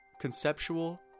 conceptual